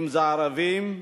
אם ערבים,